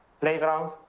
playground